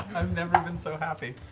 i've never been so happy.